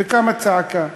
וקמה צעקה שהניאו-נאצים,